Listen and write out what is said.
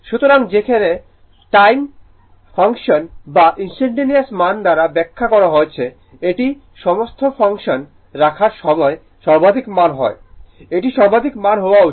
সুতরাং যেখানে যেমন টাইম ফাংশন বা ইনস্টানটানেওয়াস মান দ্বারা ব্যাখ্যা করা হয়েছে এটি সময় ফাংশন রাখার সময় সর্বাধিক মান হয় এটি সর্বাধিক মান হওয়া উচিত